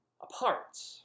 apart